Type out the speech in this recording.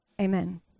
Amen